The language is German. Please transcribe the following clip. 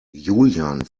julian